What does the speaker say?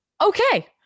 okay